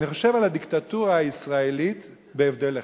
ואני חושב על הדיקטטורה הישראלית, בהבדל אחד.